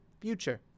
future